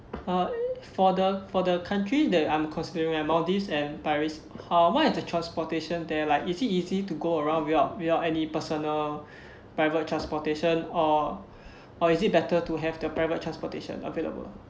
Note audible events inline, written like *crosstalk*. uh *breath* for the for the country that I'm considering maldives and paris how what are the transportation there like is it easy to go around without without any personal private transportation or *breath* or is it better to have the private transportation available